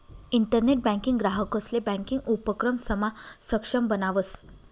internet banking ग्राहकंसले banking उपक्रमसमा सक्षम बनावस